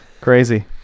Crazy